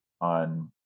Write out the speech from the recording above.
on